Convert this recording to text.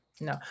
no